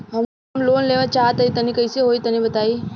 हम लोन लेवल चाहऽ तनि कइसे होई तनि बताई?